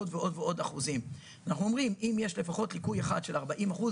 ולא היו לו 40% לליקוי מסוים,